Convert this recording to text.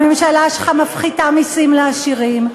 הממשלה שלך מפחיתה מסים לעשירים,